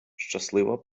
щаслива